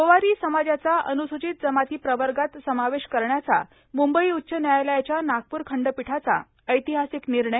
गोवारी समाजाचा अनुसूचित जमाती प्रवर्गात समावेश करण्याचा मुंबई उच्च न्यायालयाच्या नागपूर खंडपीठाचा ऐतिहासिक निर्णय